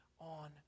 on